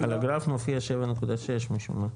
על הגרף מופיע 7.6 משום מה.